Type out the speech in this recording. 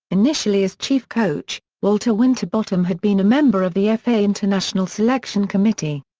initially as chief coach, walter winterbottom had been a member of the fa international selection committee.